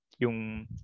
Yung